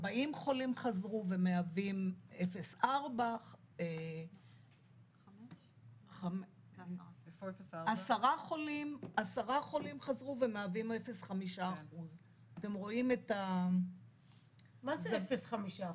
40 חולים חזרו ומהווים 0.4%. עשרה חולים חזרו ומהווים 0.5%. מה זה 0.5%?